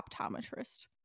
optometrist